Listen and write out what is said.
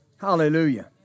Hallelujah